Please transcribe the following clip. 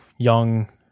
young